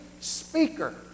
speaker